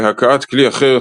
בהכאת כלי אחר,